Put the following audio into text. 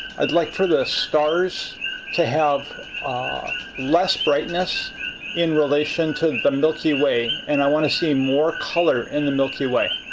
i'd like for the stars to have ah less brightness in relation to and the milky way, and i want to see more color in the milky way.